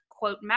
quote